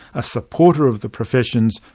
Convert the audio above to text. a supporter of the professions,